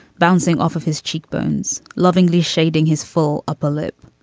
bouncing off of his cheekbones, lovingly shading his full upper lip.